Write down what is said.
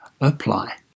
apply